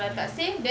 mm